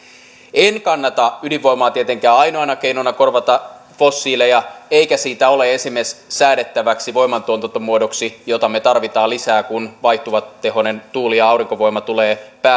en kannata ydinvoimaa tietenkään ainoana keinona korvata fossiileja eikä siitä ole esimerkiksi säädettäväksi voimantuotantomuodoksi jota me tarvitsemme lisää kun vaihtuvatehoinen tuuli ja aurinkovoima tulee